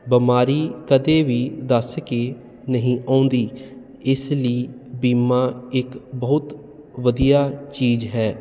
ਬਿਮਾਰੀ ਕਦੇ ਵੀ ਦੱਸ ਕੇ ਨਹੀਂ ਆਉਂਦੀ ਇਸ ਲਈ ਬੀਮਾ ਇੱਕ ਬਹੁਤ ਵਧੀਆ ਚੀਜ਼ ਹੈ